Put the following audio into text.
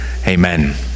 Amen